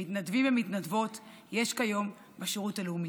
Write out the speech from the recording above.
מתנדבים ומתנדבות יש כיום בשירות הלאומי.